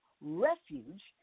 refuge